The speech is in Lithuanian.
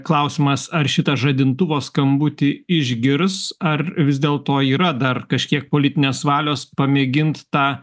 klausimas ar šitą žadintuvo skambutį išgirs ar vis dėl to yra dar kažkiek politinės valios pamėgint tą